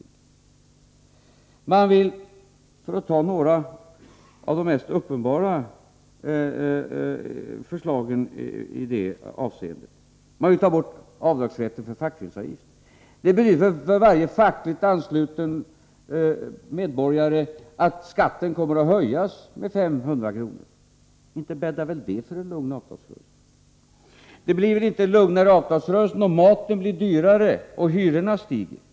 Moderaterna vill — för att nämna några av de förslag där detta är mest uppenbart — ta bort rätten till avdrag för fackföreningsavgift. Det betyder för varje fackligt ansluten medborgare att skatten kommer att höjas med 500 kr. Inte bäddar väl det för en lugn avtalsrörelse! Det blir inte någon lugnare avtalsrörelse om maten blir dyrare och hyrorna stiger.